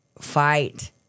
fight